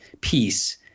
peace